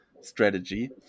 strategy